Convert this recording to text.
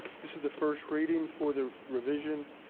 this is the first reading for the revision